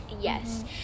Yes